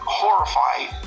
horrified